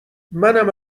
منم